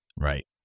Right